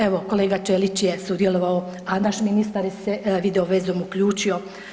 Evo, kolega Ćelić je sudjelovao, a naš ministar se video vezom uključio.